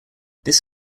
this